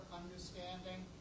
understanding